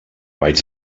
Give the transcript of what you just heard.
vaig